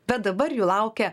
bet dabar jų laukia